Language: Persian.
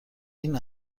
این